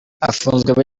afunzwe